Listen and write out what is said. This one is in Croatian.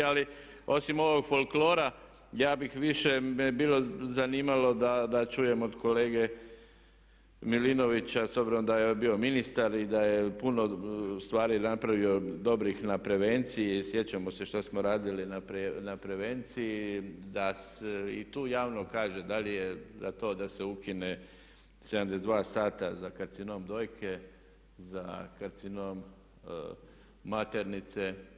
Ali osim ovog folklora ja bih više me bilo zanimalo da čujem od kolege Milinovića s obzirom da je bio ministar i da je puno stvari napravio dobrih na prevenciji i sjećamo se što smo radili na prevenciji da i tu javno kaže da li je za to da se ukine 72 sata za karcinom dojke, za karcinom maternice.